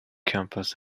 campus